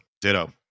Ditto